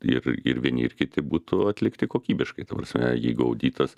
ir ir vieni ir kiti būtų atlikti kokybiškai ta prasme jeigu auditas